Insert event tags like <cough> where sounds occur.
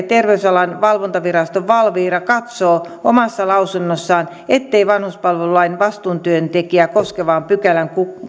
<unintelligible> terveysalan valvontavirasto valvira katsoo omassa lausunnossaan ettei vanhuspalvelulain vastuutyöntekijää koskevan pykälän